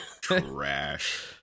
Trash